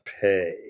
pay